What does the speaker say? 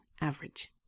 average